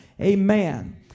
Amen